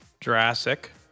Jurassic